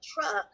truck